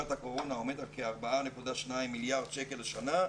הקורונה עומד על כ-4.2 מיליארד שקלים לשנה,